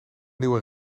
nieuwe